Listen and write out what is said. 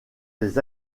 des